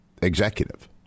executive